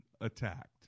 attacked